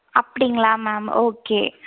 அப்படிங்களா ma'am okay